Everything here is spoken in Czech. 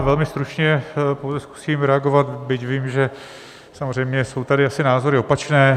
Velmi stručně se pokusím reagovat, byť vím, že samozřejmě jsou tady asi názory opačné.